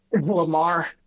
Lamar